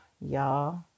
y'all